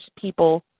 people